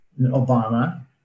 Obama